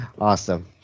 Awesome